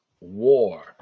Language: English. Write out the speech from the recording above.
war